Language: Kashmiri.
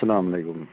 سلام وعلیکُم